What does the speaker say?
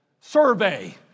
Survey